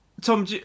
Tom